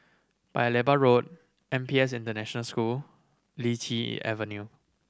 Paya Lebar Road N P S International School Lichi Avenue